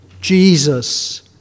jesus